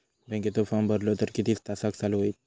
बँकेचो फार्म भरलो तर किती तासाक चालू होईत?